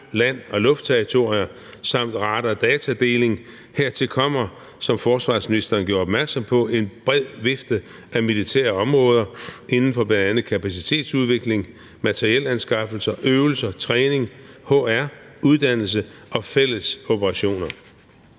land- og luftterritorier samt radardatadeling. Hertil kommer, som forsvarsministeren gjorde opmærksom på, en bred vifte af militære områder inden for bl.a. kapacitetsudvikling, materielanskaffelser, øvelser, træning, HR, uddannelse og fælles operationer.